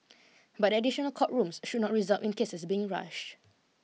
but the additional court rooms should not result in cases being rushed